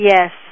Yes